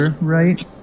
right